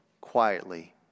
quietly